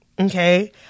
Okay